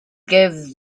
give